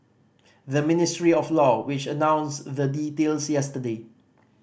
the Ministry of Law which announced the details yesterday